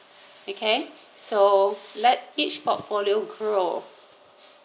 okay so let each portfolio grow